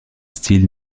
style